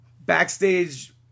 Backstage